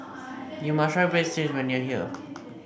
you must try Breadsticks when you are here